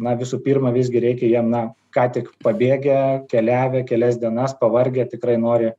na visų pirma visgi reikia jiem na ką tik pabėgę keliavę kelias dienas pavargę tikrai nori